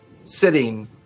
sitting